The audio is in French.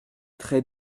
très